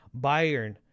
Bayern